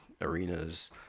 arenas